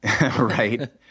Right